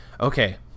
okay